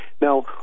Now